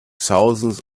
thousands